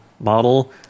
model